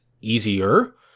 easier